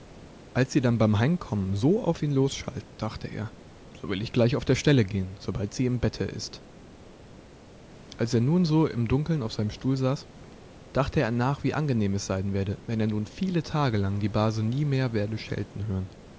als sie dann beim heimkommen so auf ihn losschalt dachte er so will ich gleich auf der stelle gehen sobald sie im bette ist als er nun so im dunkeln auf seinem stuhl saß dachte er nach wie angenehm es sein werde wenn er nun viele tage lang die base nie mehr werde schelten hören